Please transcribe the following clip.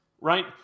right